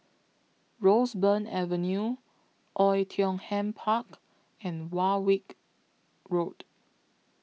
Roseburn Avenue Oei Tiong Ham Park and Warwick Road